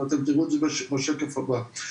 ואתם תראו את זה בשקף הבא.